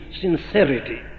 sincerity